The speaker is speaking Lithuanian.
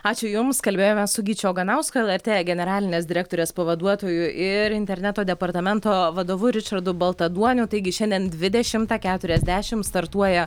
ačiū jums kalbėjome su gyčiu oganausku lrt generalinės direktorės pavaduotoju ir interneto departamento vadovu ričardu baltaduoniu taigi šiandien dvidešimtą keturiasdešim startuoja